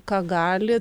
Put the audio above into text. ką gali